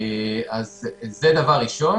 זה דבר ראשון.